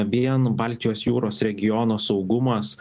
vien baltijos jūros regiono saugumas